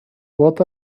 what